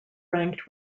ranked